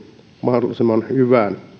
mahdollisimman hyvään